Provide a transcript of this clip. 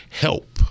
help